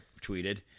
tweeted